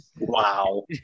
Wow